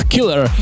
Killer